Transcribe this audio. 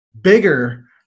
bigger